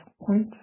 point